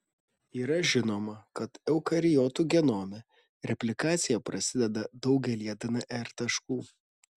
yra žinoma kad eukariotų genome replikacija prasideda daugelyje dnr taškų